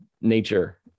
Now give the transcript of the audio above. nature